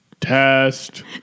test